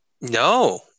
No